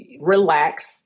relax